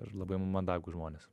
ir labai mandagūs žmonės